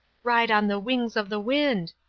ride on the wings of the wind!